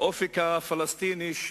האופק הפלסטיני,